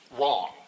wrong